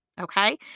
Okay